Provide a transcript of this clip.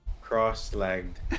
cross-legged